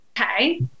Okay